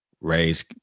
raise